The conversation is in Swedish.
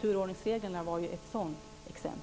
Turordningsreglerna var ett sådant exempel.